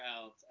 else